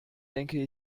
denke